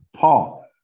Paul